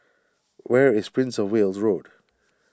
where is Prince of Wales Road